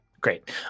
great